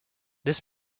this